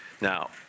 Now